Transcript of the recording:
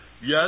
Yes